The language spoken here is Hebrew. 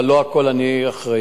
אבל לא לכול אני אחראי.